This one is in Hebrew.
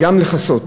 גם לכסות